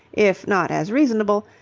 if not as reasonable,